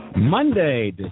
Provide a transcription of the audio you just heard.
Monday